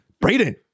Braden